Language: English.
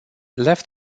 left